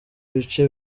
ibice